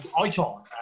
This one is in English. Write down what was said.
icon